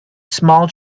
small